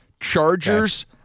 Chargers